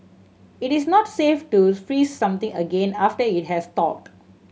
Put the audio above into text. it is not safe to freeze something again after it has thawed